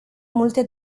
multe